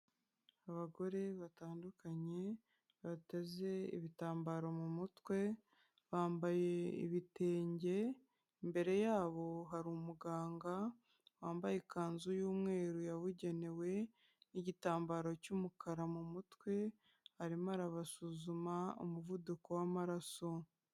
Abagore batandukanye bateze ibitambaro mu mutwe bambaye ibitenge, imbere yabo hari umuganga wambaye ikanzu y'umweru yabugenewe n'igitambaro cy'umukara mu mutwe, arimo arabasuzuma umuvuduko w'amaraso.